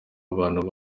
abantu